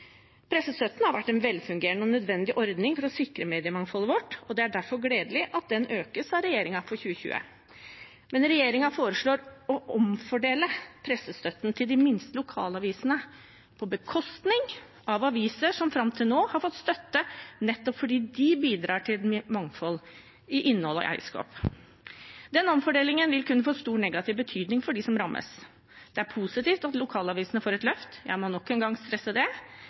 Pressestøtten har vært en velfungerende og nødvendig ordning for å sikre mediemangfoldet vårt, og det er derfor gledelig at regjeringen øker den for 2020. Men regjeringen foreslår å omfordele pressestøtten til de minste lokalavisene på bekostning av aviser som fram til nå har fått støtte nettopp fordi de bidrar til mangfold i innhold og eierskap. Den omfordelingen vil kunne få stor negativ betydning for dem som rammes. Det er positivt at lokalavisene får et løft, jeg må nok en gang understreke det,